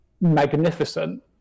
magnificent